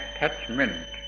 attachment